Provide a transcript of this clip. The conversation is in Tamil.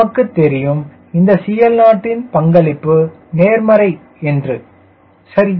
நமக்கு தெரியும் இந்த CL0 இன் பங்களிப்பு நேர்மறை என்று சரி